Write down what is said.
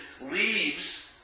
leaves